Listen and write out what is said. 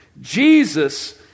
Jesus